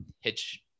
hitch